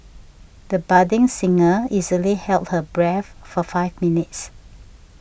the budding singer easily held her breath for five minutes